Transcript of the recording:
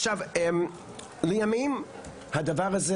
עכשיו לימים הדבר הזה